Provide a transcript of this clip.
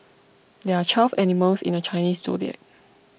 there are twelve animals in the Chinese zodiac